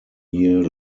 year